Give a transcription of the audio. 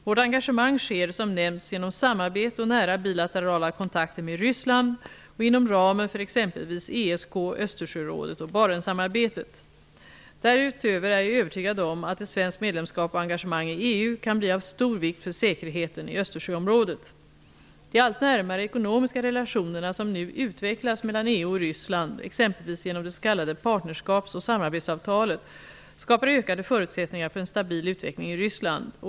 Vårt engagemang sker, som nämnts, genom samarbete och nära bilaterala kontakter med Ryssland och inom ramen för exempelvis ESK, Östersjörådet och Därutöver är jag övertygad om att ett svenskt medlemskap och engagemang i EU kan bli av stor vikt för säkerheten i Östersjöområdet. De allt närmare ekonomiska relationerna som nu utvecklas mellan EU och Ryssland, exempelvis genom det s.k. partnerskaps och samarbetsavtalet, skapar ökade förutsättningar för en stabil utveckling i Ryssland.